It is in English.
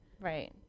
right